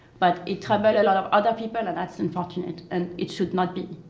but it troubled a lot of other people. and that's unfortunate. and it should not be.